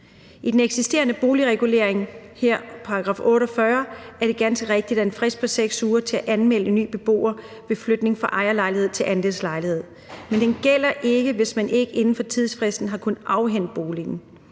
I den eksisterende boligregulering, her § 48, er det ganske rigtigt, at der er en frist på 6 uger til at anmelde en ny beboer ved flytning fra ejerlejlighed til andelslejlighed. Men den gælder ikke, hvis man ikke inden for tidsfristen har kunnet afhænde boligen.